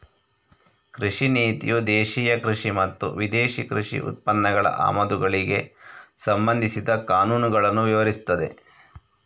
ಕೃಷಿ ನೀತಿಯು ದೇಶೀಯ ಕೃಷಿ ಮತ್ತು ವಿದೇಶಿ ಕೃಷಿ ಉತ್ಪನ್ನಗಳ ಆಮದುಗಳಿಗೆ ಸಂಬಂಧಿಸಿದ ಕಾನೂನುಗಳನ್ನ ವಿವರಿಸ್ತದೆ